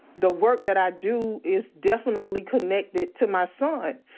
the work that i do is definitely connected to my son.